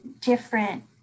different